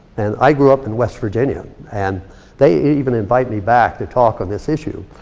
and i grew up in west virginia. and they even invited me back to talk on this issue.